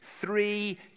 Three